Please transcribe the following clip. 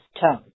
tone